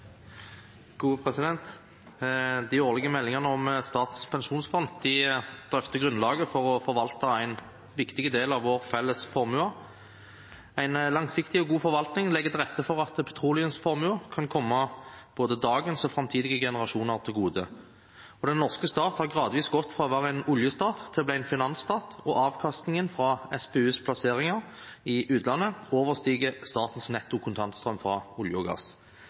De årlige meldingene om Statens pensjonsfond drøfter grunnlaget for å forvalte en viktig del av vår felles formue. En langsiktig og god forvaltning legger til rette for at petroleumsformuen kan komme både dagens og framtidige generasjoner til gode, for den norske stat har gradvis gått fra å være en oljestat til å bli en finansstat, og avkastningen fra SPUs plasseringer i utlandet overstiger statens nettokontantstrøm fra olje og gass.